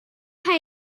know